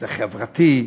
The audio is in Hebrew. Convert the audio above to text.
זה חברתי,